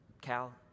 Cal